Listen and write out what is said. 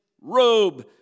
robe